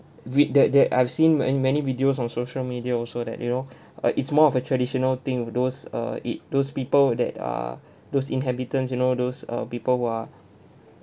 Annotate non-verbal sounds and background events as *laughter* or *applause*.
read that that I've seen ma~ in many videos on social media also that you know *breath* uh it's more of a traditional thing those err it those people that are *breath* those inhabitants you know those err people who are *breath*